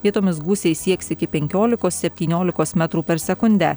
vietomis gūsiai sieks iki penkiolikos septyniolikos metrų per sekundę